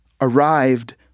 arrived